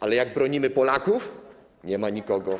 Ale jak bronimy Polaków - nie ma nikogo.